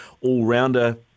all-rounder